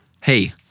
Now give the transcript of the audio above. hey